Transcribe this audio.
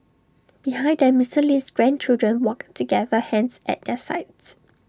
behind them Mister Lee's grandchildren walked together hands at their sides